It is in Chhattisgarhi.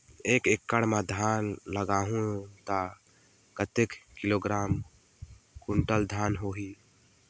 एक एकड़ मां धान लगाहु ता कतेक किलोग्राम कुंटल धान होही?